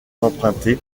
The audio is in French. emprunté